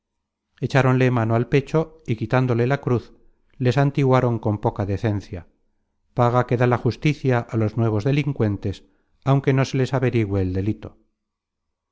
periandro echáronle mano al pecho y quitándole la cruz le santiguaron con poca decencia paga que da la justicia á los nuevos delincuentes aunque no se les averigüe el delito